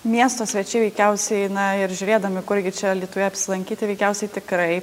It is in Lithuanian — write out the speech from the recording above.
miesto svečiai veikiausiai na ir žiūrėdami kurgi čia alytuje apsilankyti veikiausiai tikrai